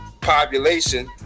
population